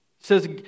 says